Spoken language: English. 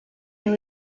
and